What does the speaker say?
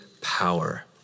power